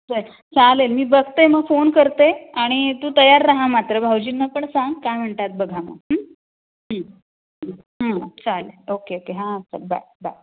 चल चालेल मी बघते मग फोन करते आणि तू तयार राहा मात्र भावजींना पण सांग काय म्हणतात बघा मग चालेल ओके ओके हां चल बाय बाय